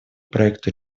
проекту